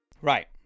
Right